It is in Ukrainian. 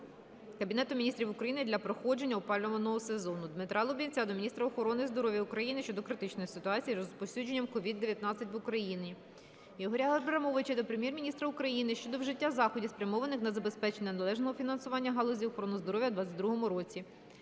Кабінетом Міністрів України для проходження опалювального сезону. Дмитра Лубінця до міністра охорони здоров'я України щодо критичної ситуації із розповсюдженням COVID-19 в Україні. Ігоря Абрамовича до Прем'єр-міністра України щодо вжиття заходів, спрямованих на забезпечення належного фінансування галузі охорони здоров'я у 22-му році.